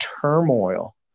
turmoil